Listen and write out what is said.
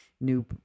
new